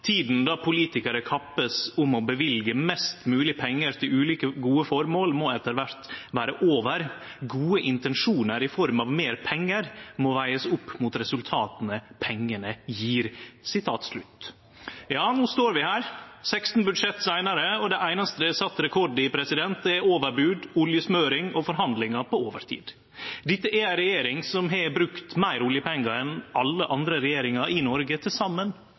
da politikere kappes om å bevilge mest mulig penger til ulike gode formål, må etter hvert være over. Gode intensjoner i form av mer penger må veies opp mot resultatene pengene gir.» Ja, no står vi her, 16 budsjett seinare, og det einaste det er sett rekord i, er overbod, oljesmøring og forhandlingar på overtid. Dette er ei regjering som har brukt meir oljepengar enn alle andre regjeringar i Noreg til